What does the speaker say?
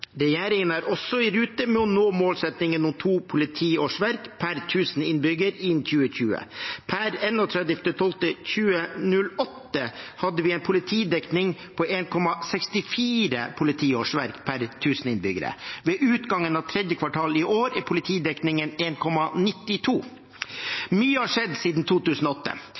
Regjeringen er også i rute med å nå målsettingen om to politiårsverk per 1 000 innbyggere innen 2020. Per 31. desember 2008 hadde vi en politidekning på 1,64 politiårsverk per 1 000 innbyggere. Ved utgangen av 3. kvartal i år er politidekningen 1,92. Mye har skjedd siden 2008.